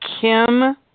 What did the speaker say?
Kim